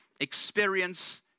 Experience